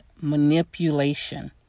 manipulation